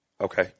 Okay